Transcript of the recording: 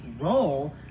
role